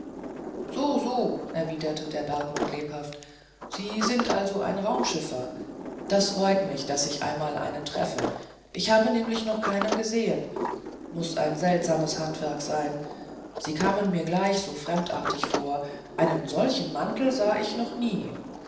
so so erwiderte der bergmann lebhaft da sind sie also ein raumschiffer das freut mich daß ich einmal einen treffe ich habe nämlich noch keinen gesehen muß ein seltsames handwerk sein sie kamen mir gleich so fremdartig vor einen solchen mantel sah ich noch nie